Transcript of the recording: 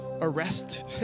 arrest